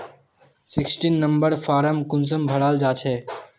Sixteen number form कुंसम भराल जाछे?